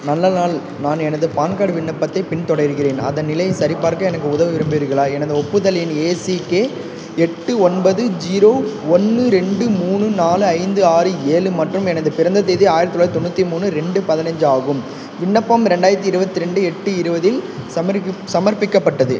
நல்ல நாள் நான் எனது பான் கார்ட் விண்ணப்பத்தைப் பின்தொடர்கிறேன் அதன் நிலையை சரிபார்க்க எனக்கு உதவ விரும்புகிறீர்களா எனது ஒப்புதல் எண் ஏசிகே எட்டு ஒன்பது ஜீரோ ஒன்று ரெண்டு மூணு நாலு ஐந்து ஆறு ஏழு மற்றும் எனது பிறந்த தேதி ஆயிரத்தி தொள்ளாயிரத்தி தொண்ணூற்றி மூணு ரெண்டு பதினைஞ்சி ஆகும் விண்ணப்பம் ரெண்டாயிரத்தி இருபத்தி ரெண்டு எட்டு இருபதில் சமர்ப்பி சமர்ப்பிக்கப்பட்டது